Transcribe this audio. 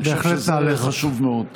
אני חושב שזה חשוב מאוד.